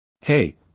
Hey